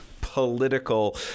political